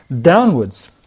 downwards